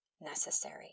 necessary